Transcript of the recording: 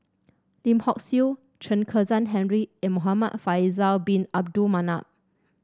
Lim Hock Siew Chen Kezhan Henri and Muhamad Faisal Bin Abdul Manap